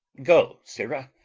go, sirrah,